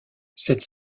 cette